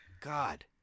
God